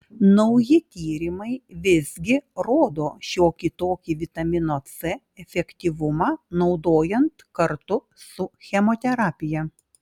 nauji tyrimai visgi rodo šiokį tokį vitamino c efektyvumą naudojant kartu su chemoterapija